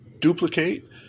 duplicate